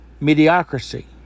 mediocrity